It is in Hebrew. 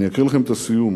אני אקריא לכם את הסיום: